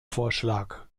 vorschlag